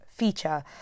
Feature